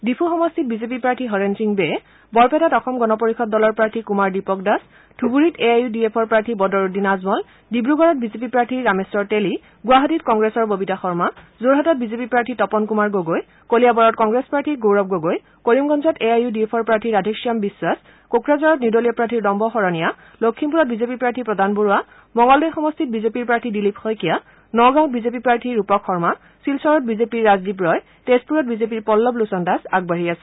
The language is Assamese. ডিফু সমষ্টিত বিজেপি প্ৰাৰ্থী হৰেন সিং বে বৰপেটাত অসম গণ পৰিয়দ দলৰ প্ৰাৰ্থী কুমাৰ দীপক দাস ধুবুৰীত এ আই ইউ ডি এফৰ প্ৰাৰ্থী বদৰুদিন আজমল ডিব্ৰগড়ত বিজেপি প্ৰাৰ্থী ৰামেশ্বৰ তেলী গুৱাহাটীত কংগ্ৰেছৰ ববিতা শৰ্মা যোৰহাটত বিজেপি প্ৰাৰ্থী তপন কুমাৰ গগৈ কলিয়াবৰত কংগ্ৰেছ প্ৰাৰ্থী গৌৰৱ গগৈ কৰিমগঞ্জত এ আই ইউ ডি এফৰ প্ৰাৰ্থী ৰাধেশ্যাম বিখাস কোকৰাঝাৰত নিৰ্দলীয় প্ৰাৰ্থী নৱ শৰণীয়া লক্ষীমপূৰত বিজেপি প্ৰাৰ্থী প্ৰদান বৰুৱা মঙলদৈ সমষ্টিত বিজেপিৰ প্ৰাৰ্থী দিলীপ শইকীয়ানগাঁৱত বিজেপিৰ প্ৰাৰ্থী ৰূপক শৰ্মা শিলচৰত বিজেপিৰ ৰাজদ্বীপ ৰয় তেজপুৰত বিজেপিৰ পল্লৱ লোচন দাস আগবাঢ়ি আছে